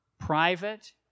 private